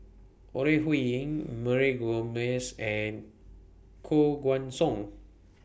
Ore Huiying Mary Gomes and Koh Guan Song